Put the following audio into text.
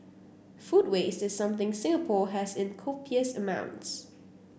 food waste is something Singapore has in copious amounts